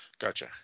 gotcha